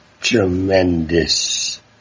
tremendous